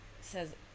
says